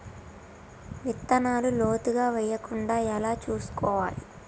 విత్తనాలు లోతుగా వెయ్యకుండా ఎలా చూసుకోవాలి?